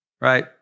right